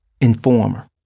Informer